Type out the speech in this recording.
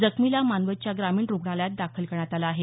जखमीला मानवतच्या ग्रामीण रुग्णालयात दाखल करण्यात आलं आहे